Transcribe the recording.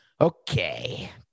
Okay